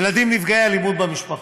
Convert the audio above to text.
ילדים נפגעי אלימות במשפחה,